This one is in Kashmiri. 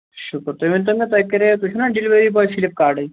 شُکُر تُہۍ ؤنۍ تَو مےٚ تۄہہِ کَریٛاو تُہۍ چھُو نا ڈِلؤری بٲے فِلپ کارڈٕکۍ